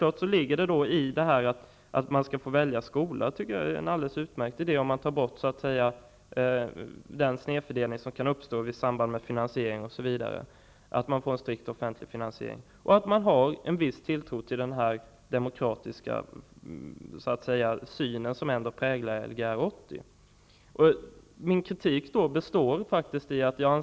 Att man skall få välja skola tycker jag är en utmärkt idé om man tar bort den snedfördelning som kan uppstå i samband med finansiering, dvs. om man får en strikt offentlig finansiering, och om man har en viss tilltro till den demokratiska syn som ändå präglar Lgr 80.